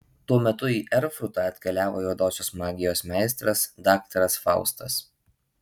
tuo metu į erfurtą atkeliavo juodosios magijos meistras daktaras faustas